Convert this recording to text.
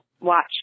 watch